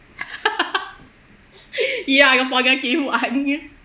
ya your positive [one]